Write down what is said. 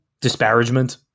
disparagement